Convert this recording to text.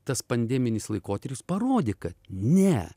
tas pandeminis laikotarpis parodė kad ne